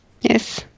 Yes